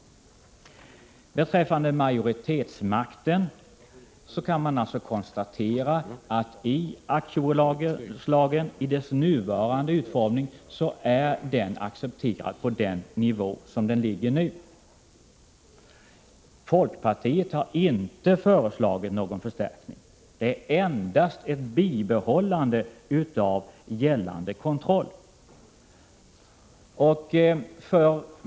Beträffande majoritetsmakt kan man alltså konstatera att kontrollen i aktiebolagslagen i dess nuvarande utformning accepteras på den nivå som den ligger nu. Folkpartiet har inte föreslagit någon förstärkning, endast ett bibehållande av gällande kontroll.